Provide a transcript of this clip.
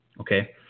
Okay